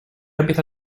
empieza